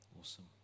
Awesome